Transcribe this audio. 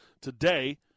today